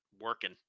working